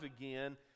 again